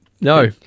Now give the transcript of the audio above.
No